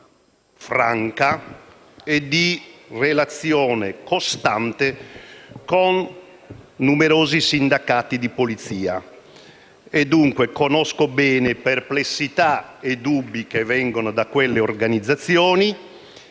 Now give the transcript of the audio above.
franca e di relazione costante con numerosi sindacati di polizia. Dunque, conosco bene perplessità e dubbi che vengono da quelle organizzazioni